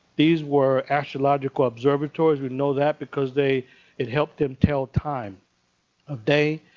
these were astrological observatories. we know that because they it helped them tell time of day.